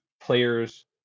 players